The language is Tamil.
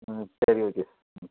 ம் சரி ஓகே ம்